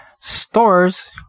stores